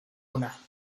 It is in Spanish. una